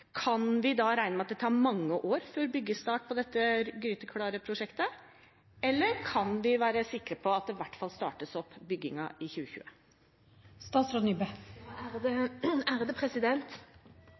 kan vi da regne med at det tar mange år før byggestart på dette gryteklare prosjektet – eller kan vi være sikre på at byggingen i hvert fall starter opp i